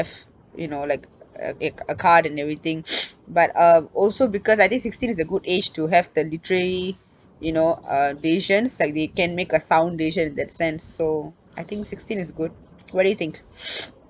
you know like a~ a~ a card and everything but uh also because I think sixteen is a good age to have the literarily you know uh decisions like they can make a sound decision in that sense so I think sixteen is good what do you think